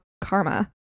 Karma